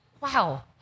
Wow